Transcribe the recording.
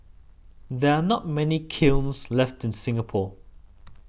there are not many kilns left in Singapore